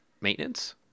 maintenance